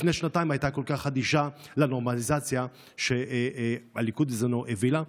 לפני שנתיים הייתה כל כך אדישה לנורמליזציה שהליכוד בזמנו הביא לה.